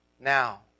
now